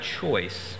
choice